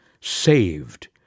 Saved